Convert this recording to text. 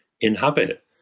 inhabit